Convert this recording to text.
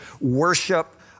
worship